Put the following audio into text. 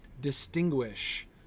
distinguish